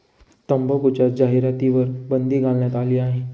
तंबाखूच्या जाहिरातींवर बंदी घालण्यात आली आहे